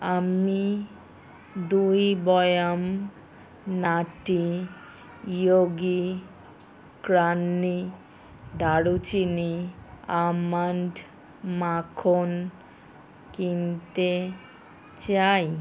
আমি দুই বয়াম নাটি ইয়োগি ক্রানি দারুচিনি আমণ্ড মাখন কিনতে চাই